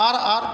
आर आर